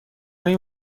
این